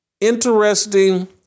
interesting